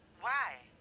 why?